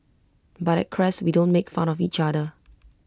but at Crest we don't make fun of each other